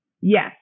Yes